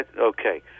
Okay